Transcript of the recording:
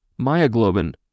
myoglobin